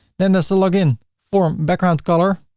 then there's a login form background color.